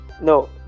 No